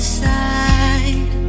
side